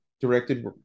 directed